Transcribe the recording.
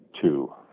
two